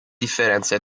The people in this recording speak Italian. differenza